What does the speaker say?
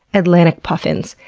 atlantic puffins.